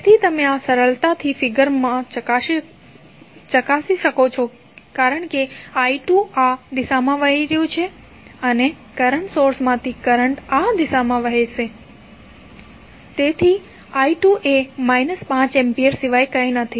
તેથી આ તમે સરળતાથી ફિગરથી ચકાસી શકો છો કારણ કે i2 આ દિશામાં વહે છે અને કરંટ સોર્સમાંથી કરંટ આ દિશામાં વહેશે તેથી i2 એ માઇનસ 5 અમ્પાયર સિવાય કંઇ નથી